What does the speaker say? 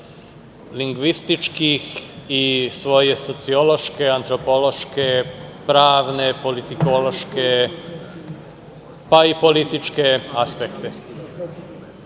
lingvističkih, i svoje sociološke, antropološke, pravne, politikološke, pa i političke aspekte. Upravu